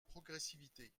progressivité